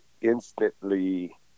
instantly